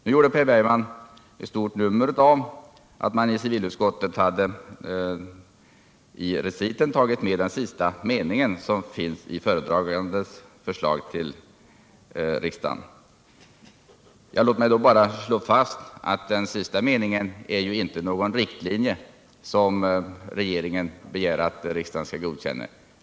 Nu gjorde Per Bergman ett stort nummer av att det i reciten i ci vilutskottets betänkande har tagits med den sista meningen i föredragandens förslag till riksdagen. Låt mig bara slå fast att den meningen inte är någon riktlinje som regeringen begär att riksdagen skall godkänna.